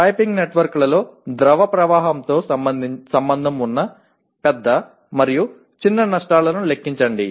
piping నెట్వర్క్లలో ద్రవ ప్రవాహంతో సంబంధం ఉన్న పెద్ద మరియు చిన్న నష్టాలను లెక్కించండి